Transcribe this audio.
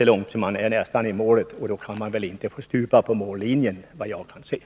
Nu har man dock kommit nästan ända fram till målet. Man bör då se till att man inte stupar på mållinjen.